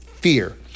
fear